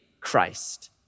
Christ